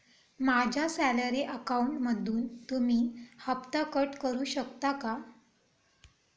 माझ्या सॅलरी अकाउंटमधून तुम्ही हफ्ता कट करू शकता का?